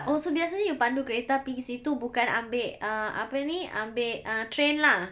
oh so biasanya you pandu kereta pergi situ bukan ambil uh apa ni ambil uh train lah